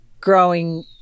growing